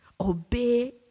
Obey